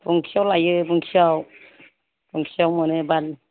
बुंखियाव लायो बुंखियाव बुंखियाव मोनो बारलि